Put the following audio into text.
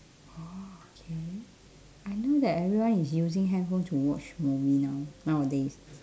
orh okay I know that everyone is using handphone to watch movie now nowadays